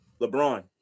LeBron